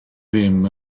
ddim